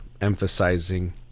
emphasizing